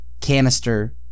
Canister